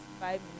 five